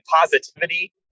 positivity